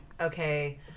okay